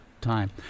Time